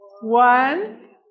One